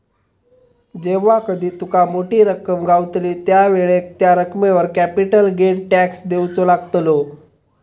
जेव्हा कधी तुका मोठी रक्कम गावतली त्यावेळेक त्या रकमेवर कॅपिटल गेन टॅक्स देवचो लागतलो